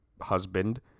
husband